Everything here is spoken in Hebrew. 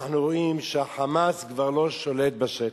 אנחנו רואים שה"חמאס" כבר לא שולט בשטח.